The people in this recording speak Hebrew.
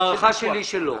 להערכתי לא.